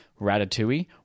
Ratatouille